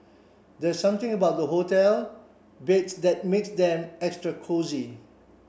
there's something about hotel beds that makes them extra cosy